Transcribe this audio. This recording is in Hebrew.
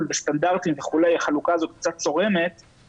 וסטנדרטים וכו' החלוקה הזאת קצת צורמת,